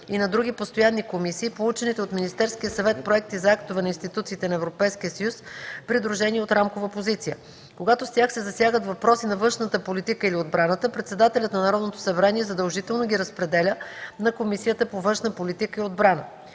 и на други постоянни комисии получените от Министерския съвет проекти за актове на институциите на Европейския съюз, придружени от рамкова позиция. Когато с тях се засягат въпроси на външната политика или отбраната, председателят на Народното събрание задължително ги разпределя на Комисията по външна политика и отбрана.